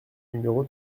numéro